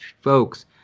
folks